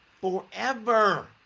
forever